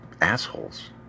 assholes